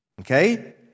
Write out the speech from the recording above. Okay